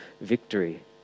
victory